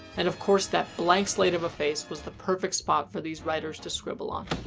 and, of course, that blank slate of a face was the perfect spot for these writers to scribble on.